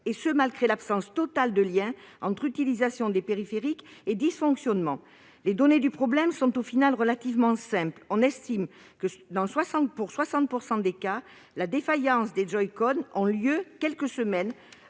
et cela malgré l'absence totale de lien entre l'utilisation des périphériques et leurs dysfonctionnements. Les données du problème sont finalement assez simples : on estime que, dans 60 % des cas, la défaillance des manettes Joy-Con a lieu quelques semaines